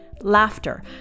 laughter